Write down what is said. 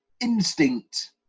instinct